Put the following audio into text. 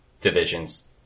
division's